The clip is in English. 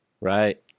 Right